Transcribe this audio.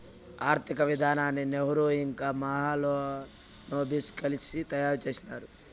ఆర్థిక విధానాన్ని నెహ్రూ ఇంకా మహాలనోబిస్ కలిసి తయారు చేసినారు